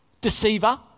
Deceiver